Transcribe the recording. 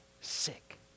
sick